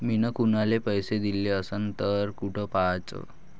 मिन कुनाले पैसे दिले असन तर कुठ पाहाचं?